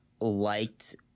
liked